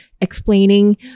explaining